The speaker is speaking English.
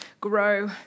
grow